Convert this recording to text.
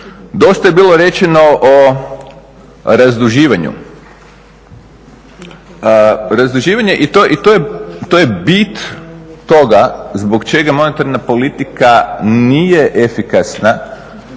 Dosta je bilo rečeno o razduživanju i to je bit toga zbog čega monetarna politika nije efikasna